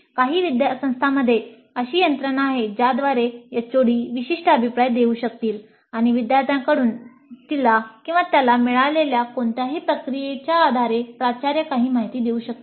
काही संस्थांमध्ये अशी यंत्रणा आहे ज्याद्वारे HOD विशिष्ट अभिप्राय देऊ शकतील आणि विद्यार्थ्यांकडून तिला मिळालेल्या कोणत्याही प्रतिक्रियेच्या आधारे प्राचार्य काही माहिती देऊ शकतात